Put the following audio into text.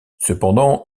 cependant